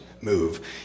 move